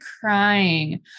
crying